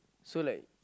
so like